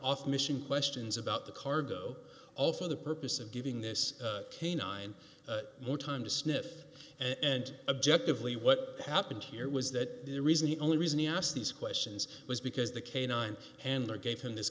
off mission questions about the cargo all for the purpose of giving this canine more time to sniff and objective lee what happened here was that the reason the only reason he asked these questions was because the canine handler gave him this